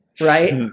right